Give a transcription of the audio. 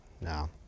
no